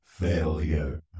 Failure